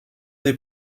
des